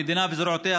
המדינה וזרועותיה,